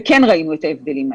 וכן ראינו את ההבדלים האלה.